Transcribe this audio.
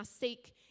seek